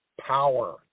power